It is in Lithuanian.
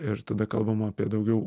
ir tada kalbama apie daugiau